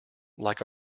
like